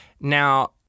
Now